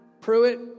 Pruitt